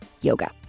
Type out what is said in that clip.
yoga